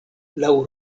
laŭ